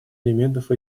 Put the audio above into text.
элементов